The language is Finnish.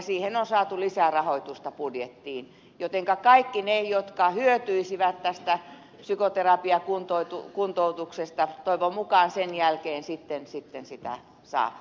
siihen on saatu lisärahoitusta budjettiin jotenka kaikki ne jotka hyötyisivät tästä psykoterapiakuntoutuksesta toivon mukaan sen jälkeen sitten sitä saa